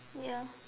ya